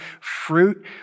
fruit